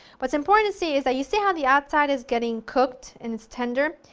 what's important to see is that you see how the outside is getting cooked and it's tender,